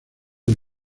del